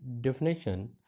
definition